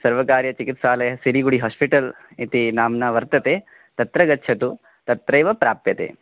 सर्वकार्यचिकित्सालय Siliguri hospital इति नाम्ना वर्तते तत्र गच्छतु तत्रैव प्राप्यते